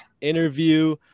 interview